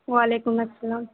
وعلیکم السلام